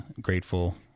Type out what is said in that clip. grateful